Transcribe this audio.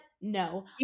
No